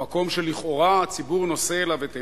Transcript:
במקום שלכאורה הציבור נושא אליו את עיניו,